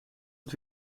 het